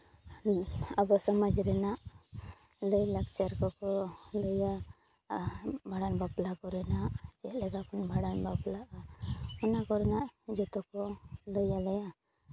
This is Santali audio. ᱟᱵᱚ ᱥᱚᱢᱟᱡᱽ ᱨᱮᱱᱟᱜ ᱞᱟᱭᱼᱞᱟᱠᱪᱟᱨ ᱠᱚᱠᱚ ᱞᱟᱹᱭᱟ ᱵᱷᱟᱸᱰᱟᱱ ᱵᱟᱯᱞᱟ ᱠᱚᱨᱮᱱᱟᱜ ᱪᱮᱫ ᱞᱮᱠᱟ ᱵᱚᱱ ᱵᱷᱟᱸᱰᱟᱱ ᱵᱟᱯᱞᱟᱜ ᱠᱟᱱᱟ ᱚᱱᱟ ᱠᱚᱨᱮᱱᱟᱜ ᱡᱚᱛᱚ ᱠᱚ ᱞᱟᱹᱭ ᱟᱞᱮᱭᱟ